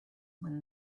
when